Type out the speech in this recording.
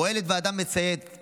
פועלת ועדה מייעצת,